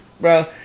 bro